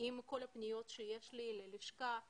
עם כל הפניות שיש ללשכתי,